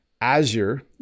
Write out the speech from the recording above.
Azure